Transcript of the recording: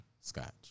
Scotch